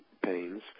pains